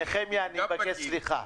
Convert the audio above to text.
נחמיה, אני מבקש סליחה.